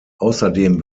außerdem